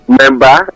member